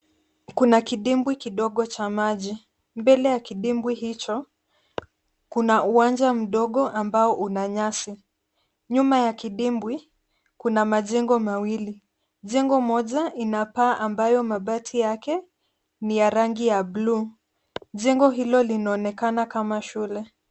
Kuna kidimbwi kidogo cha maji. Mbele ya kidimbwi hicho kuna uwanja mdogo ambao una nyasi. Nyuma ya kidimbwi, kuna majengo mawili, jengo moja ina paa ambayo mabati yake ni ya rangi ya buluu. Jengo hilo linaonekana kama shule.